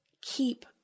Keep